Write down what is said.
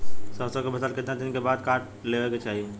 सरसो के फसल कितना दिन के बाद काट लेवे के चाही?